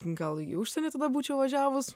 gal į užsienį tada būčiau važiavus